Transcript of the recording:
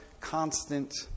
constant